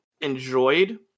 enjoyed